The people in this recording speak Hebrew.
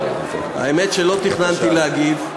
האמת שלא תכננתי להגיב,